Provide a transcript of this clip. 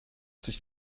sich